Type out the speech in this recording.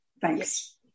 thanks